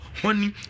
honey